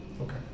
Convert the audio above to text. Okay